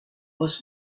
was